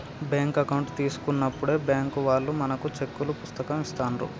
bank account తీసుకున్నప్పుడే bank వాళ్ళు మనకు చెక్కుల పుస్తకం ఇస్తాండ్రు